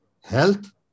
health